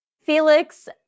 Felix